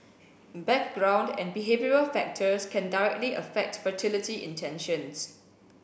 background and behavioural factors can directly affect fertility intentions